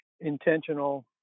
intentional